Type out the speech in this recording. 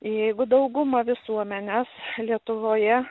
jeigu dauguma visuomenės lietuvoje